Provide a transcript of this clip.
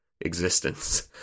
existence